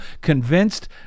convinced